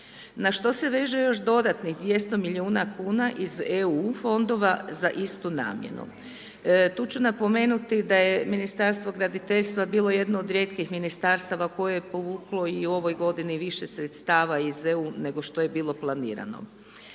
na što se veže još dodatnih 200 milijuna kuna iz EU fondova za istu namjenu. Tu ću napomenuti da je Ministarstvo graditeljstva bilo jedno od rijetkih Ministarstava koje je povuklo i u ovoj godini više sredstava iz EU nego što je bilo planirano.